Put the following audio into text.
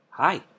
Hi